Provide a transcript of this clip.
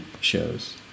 shows